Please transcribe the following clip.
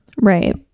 Right